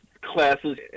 classes